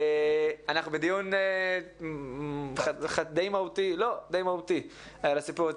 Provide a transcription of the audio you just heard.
אנחנו בדיון די מהותי בסיפור הזה.